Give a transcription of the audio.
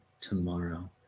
tomorrow